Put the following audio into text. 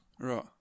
right